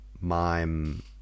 mime